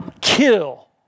Kill